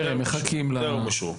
טרם אושרו.